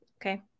okay